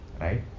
right